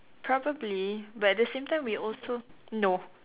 probably but at the same time we also no